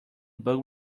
bug